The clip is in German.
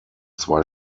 zwei